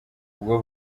bwo